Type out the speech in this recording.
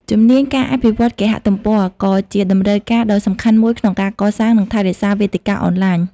ជំនាញ ការអភិវឌ្ឍគេហទំព័រ ក៏ជាតម្រូវការដ៏សំខាន់មួយក្នុងការកសាង និងថែរក្សាវេទិកាអនឡាញ។